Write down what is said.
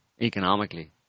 economically